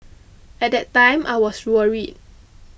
at that time I was worried